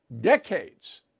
decades